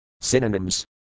Synonyms